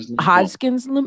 Hodgkin's